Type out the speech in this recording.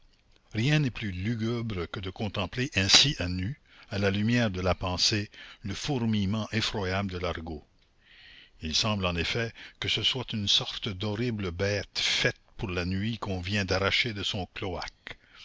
rien n'est plus lugubre que de contempler ainsi à nu à la lumière de la pensée le fourmillement effroyable de l'argot il semble en effet que ce soit une sorte d'horrible bête faite pour la nuit qu'on vient d'arracher de son cloaque